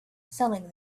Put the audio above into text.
selling